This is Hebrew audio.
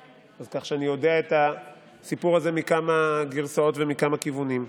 כך שאני יודע את הסיפור הזה מכמה גרסאות ומכמה כיוונים.